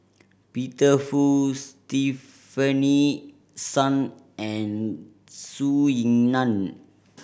Peter Fu Stefanie Sun and Zhou Ying Nan